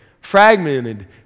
Fragmented